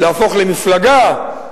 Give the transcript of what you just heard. להפוך למפלגה,